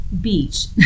beach